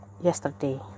yesterday